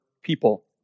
people